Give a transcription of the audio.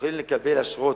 יוכלו לקבל אשרות.